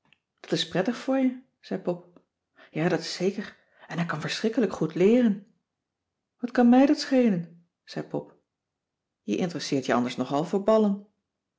dat is prettig voor je zei pop ja dat is zeker en hij kan verschrikkelijk goed leeren wat kan mij dat schelen zei pop je interesseert je anders nogal